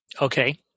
Okay